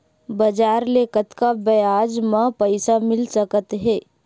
बजार ले कतका ब्याज म पईसा मिल सकत हे?